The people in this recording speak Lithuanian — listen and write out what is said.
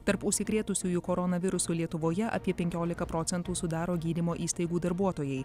tarp užsikrėtusiųjų koronavirusu lietuvoje apie penkioliką procentų sudaro gydymo įstaigų darbuotojai